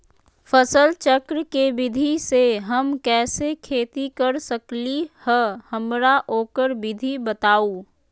फसल चक्र के विधि से हम कैसे खेती कर सकलि ह हमरा ओकर विधि बताउ?